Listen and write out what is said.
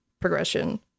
progression